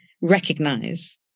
recognize